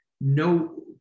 No